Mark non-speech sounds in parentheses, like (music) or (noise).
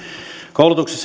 koulutuksen (unintelligible)